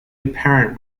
apparent